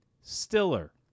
Stiller